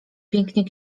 pięknie